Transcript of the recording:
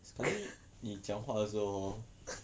可能你讲话的时候 hor